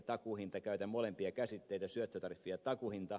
käytän molempia käsitteitä